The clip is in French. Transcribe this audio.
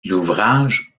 l’ouvrage